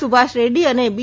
સુભાષ રેડ્રી અને બી